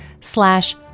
slash